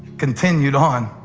continued on